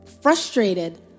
frustrated